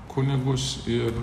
kunigus ir